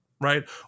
right